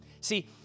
See